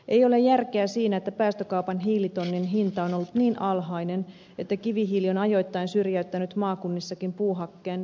ei ole järkeä siinä että päästökaupan hiilitonnin hinta on ollut niin alhainen että kivihiili on ajoittain syrjäyttänyt maakunnissakin puuhakkeen lämpövoimaloissa